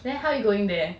then how you going there